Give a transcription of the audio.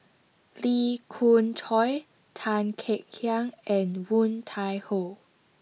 Lee Khoon Choy Tan Kek Hiang and Woon Tai Ho